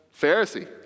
Pharisee